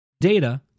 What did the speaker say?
data